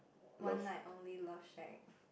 one night only love shack